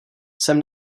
jsem